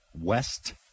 West